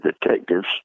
Detectives